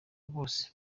bose